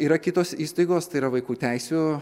yra kitos įstaigos tai yra vaikų teisių